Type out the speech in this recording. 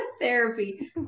therapy